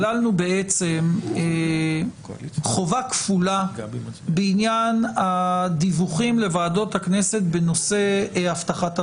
כללנו חובה כפולה בעניין הדיווחים לוועדות הכנסת בנושא אבטחת המידע.